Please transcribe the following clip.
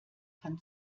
kann